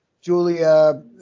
Julia